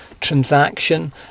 transaction